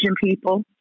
people